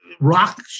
rock